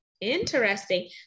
interesting